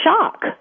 shock